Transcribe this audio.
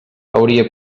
hauria